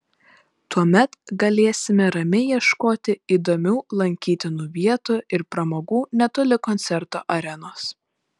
tuomet galėsime ramiai ieškoti įdomių lankytinų vietų ir pramogų netoli koncerto arenos